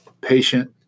patient